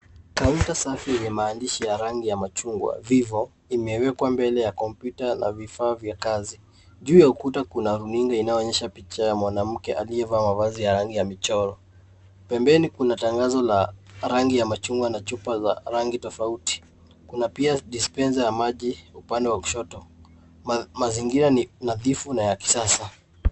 Kaunta safi yenye maandishi ya rangi ya machungwa, Vivo , imewekwa mbele ya kompyuta la vifaa vya kazi. Juu ya ukuta kuna runinga inayoonesha picha ya mwanamke aliyevaa mavazi ya rangi ya michoro. Pembeni kuna tangazo la rangi ya machungwa na chupa za rangi tofauti. Kuna pia dispenser ya maji upande wa kushoto. Mazingira ni nadhifu na ya kisasa.